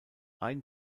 ein